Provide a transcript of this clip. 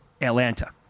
Atlanta